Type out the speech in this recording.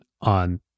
on